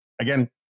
Again